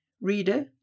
Reader